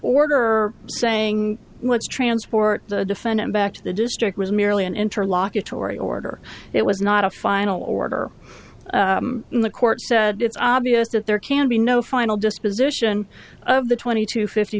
order saying what's transport the defendant back to the district was merely an interlocutory order it was not a final order in the court said it's obvious that there can be no final disposition of the twenty two fifty